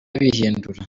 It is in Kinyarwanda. bihindura